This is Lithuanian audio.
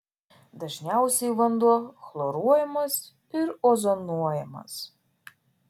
dažniausiai vanduo chloruojamas ir ozonuojamas